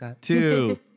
two